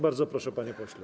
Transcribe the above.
Bardzo proszę, panie pośle.